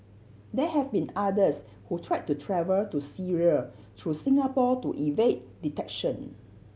there have been others who tried to travel to Syria through Singapore to evade detection